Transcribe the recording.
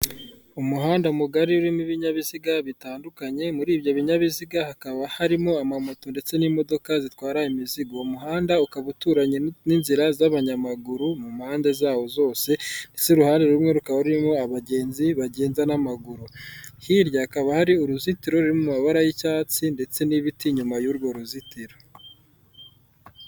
Umuhanda mugari urimo ibinyabiziga bitandukanye, muri ibyo binyabiziga hakaba harimo amamoto ndetse n'imodoka zitwara imizigo. Uwo muhanda ukaba uturanye n'inzira z'abanyamaguru mu mpande zawo zose ndetse mu uruhandere rumwe rukaba rurimo abagenzi bagenda n'amaguru. Hirya hakaba hari uruzitiro rurimo amabara y'icyatsi ndetse n'ibiti inyuma y'urwo ruzitiro.